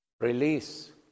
Release